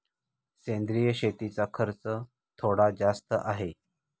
सेंद्रिय शेतीचा खर्च थोडा जास्त आहे